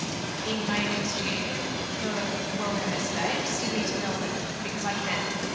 in may next year for world ms day, sydney to melbourne because i can.